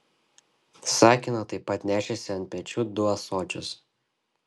sakina taip pat nešėsi ant pečių du ąsočius